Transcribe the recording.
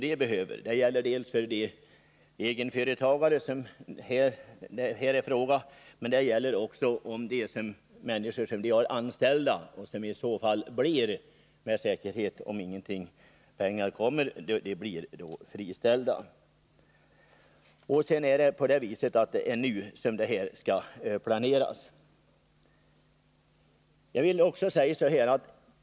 Det gäller dels egenföretagarna, dels deras anställda som med säkerhet blir friställda om inte pengar kommer. Det är alltså nu som detta skall planeras.